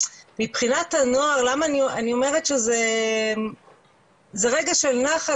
שמבחינת הנוער למה אני אומרת שזה רגע של נחת